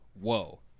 Whoa